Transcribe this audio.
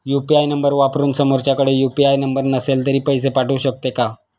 UPI नंबरवरून समोरच्याकडे UPI number नसेल तरी पैसे पाठवू शकते का?